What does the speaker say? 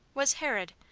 was herod,